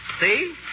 See